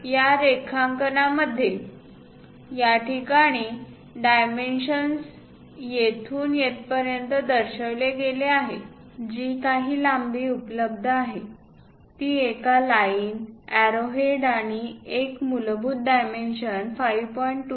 या रेखांकन मध्ये याठिकाणी डायमेन्शन्स येथून येथपर्यंत दर्शविले गेले आहे जी काही लांबी उपलब्ध आहे ती एका लाईन एरोहेड्स आणि एक मूलभूत डायमेन्शन 5